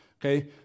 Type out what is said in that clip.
Okay